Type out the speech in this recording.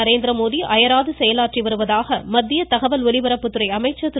நரேந்திரமோடி அயராது செயலாற்றி வருவதாக மத்திய தகவல் ஒலிபரப்புத்துறை அமைச்சர் திரு